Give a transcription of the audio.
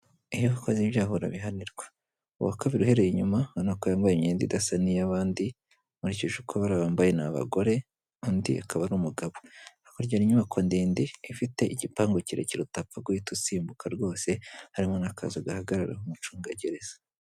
Iyo ukoze ibyaha urabihanirwa. Uwa kabiri uhereye inyuma ubona ko yambaye imyenda idasa n'iy'abandi, nkurikije uko bariya bambaye ni abagore, undi akaba ari umugabo. Hakurya hari inyubako ndende ifite igipangu kikire utapfa guhita usimbuka rwose, harimo n'akazu gahagararamo umucungagereza.